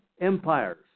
empires